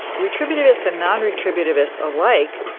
retributive. it's a non retributive us alike.